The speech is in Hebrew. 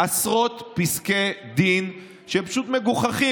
עשרות פסקי דין שהם פשוט מגוחכים.